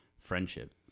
friendship